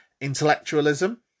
Intellectualism